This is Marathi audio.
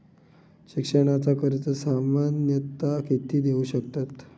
शिक्षणाचा कर्ज सामन्यता किती देऊ शकतत?